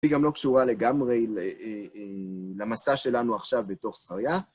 היא גם לא קשורה לגמרי למסע שלנו עכשיו בתוך זכריה.